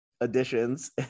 additions